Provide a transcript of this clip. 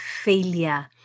failure